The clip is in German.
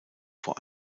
vor